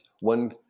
One